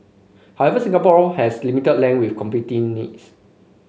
however Singapore has limited land with competing needs